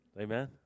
Amen